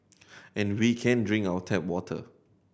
and we can drink out tap water